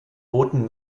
booten